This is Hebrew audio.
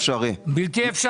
בפועל זה על גבול הבלתי אפשרי.